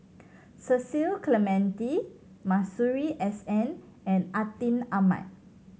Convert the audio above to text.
Cecil Clementi Masuri S N and Atin Amat